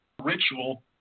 ritual